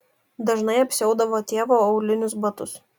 dažnai apsiaudavo tėvo aulinius batus